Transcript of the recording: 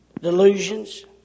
delusions